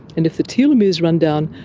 and if the telomeres run down,